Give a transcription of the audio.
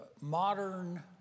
modern